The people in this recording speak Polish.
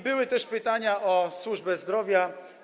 Były też pytania o służbę zdrowia.